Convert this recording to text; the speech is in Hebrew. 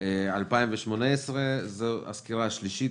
2018 וזו הסקירה השלישית.